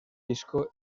disco